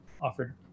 offered